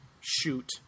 shoot